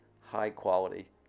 high-quality